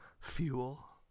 fuel